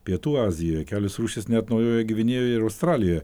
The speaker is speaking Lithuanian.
pietų azijoj kelios rūšys net naujojoj gvinėjoj ir australijoje